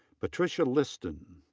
patricia liston.